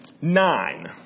Nine